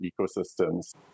ecosystems